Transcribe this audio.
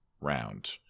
round